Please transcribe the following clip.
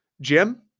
Jim